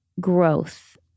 growth